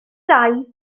daith